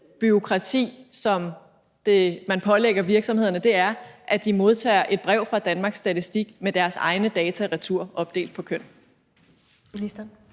bureaukrati, som man pålægger virksomhederne, er, at de modtager et brev fra Danmarks Statistik med deres egne data retur opdelt på køn.